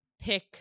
pick